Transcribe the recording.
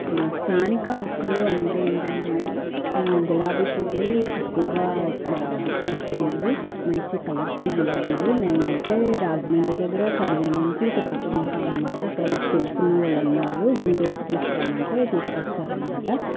స్థానిక మొక్కలు అంటే ఏంటంటేనండి గులాబీ పువ్వులు ఎక్కువగా ఇక్కడ ఉంటాయండి మంచి కలర్ఫుల్ గులాబీలు మేమైతే రాజమండ్రి దగ్గర కడియం నుంచి తెప్పించుకుంటాం అన్నమాట అక్కడ మాకు తెలుసున్న వాళ్ళు ఉన్నారు గుంటూరుకి తీసుకు రమ్మంటే తీసుకొస్తారన్నమాట